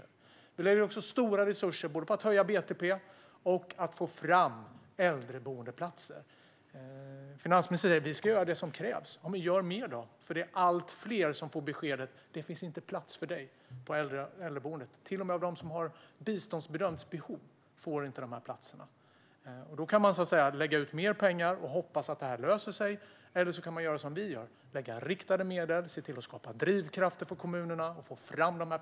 Vi vill också lägga stora resurser på att både höja BTP och att få fram äldreboendeplatser. Finansministern säger: Vi ska göra det som krävs. Gör då mer. Det är allt fler som får beskedet: Det finns inte plats för dig på äldreboendet. Inte ens de som har biståndsbedömt behov får de platserna. Man kan lägga ut mer pengar och hoppas att det löser sig. Eller så kan man göra som vi vill göra, satsa riktade medel och se till att skapa drivkrafter för kommunerna att få fram platserna.